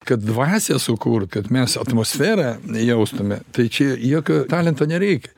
kad dvasią sukurt kad mes atmosferą jaustume tai čia jokio talento nereikia